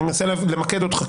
אני מנסה למקד אותך,